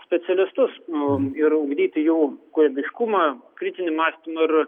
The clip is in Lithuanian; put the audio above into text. specialistus ir ugdyti jų kūrybiškumą kritinį mąstymą